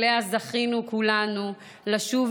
שאליה זכינו כולנו לשוב,